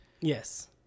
Yes